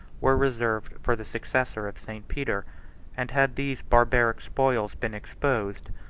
were reserved for the successor of st. peter and had these barbaric spoils been exposed,